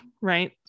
Right